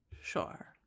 Sure